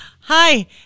hi